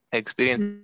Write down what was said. experience